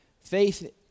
faith